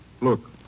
Look